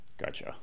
Gotcha